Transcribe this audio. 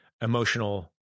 emotional